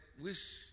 wish